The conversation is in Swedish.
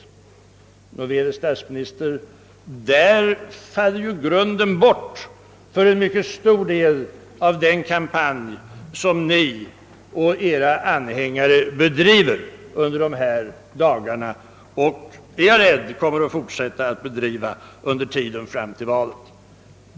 Men, herr statsministern, därmed faller ju grunden bort för en mycket stor del av den kampanj mot svensk företagsamhet som ni och era anhängare bedriver under dessa dagar och kommer — är jag rädd — att fortsätta att bedriva under tiden fram till valet.